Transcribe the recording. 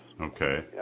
Okay